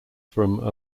from